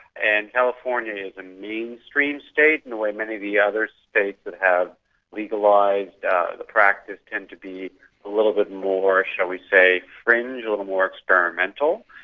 and california is a mainstream state in a way many of the other states that have legalised the practice tend to be a little bit more, shall we say, fringe, a little more experimental.